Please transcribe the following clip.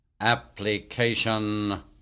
application